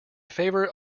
favourite